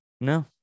No